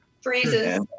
Freezes